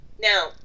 Now